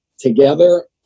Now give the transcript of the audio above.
together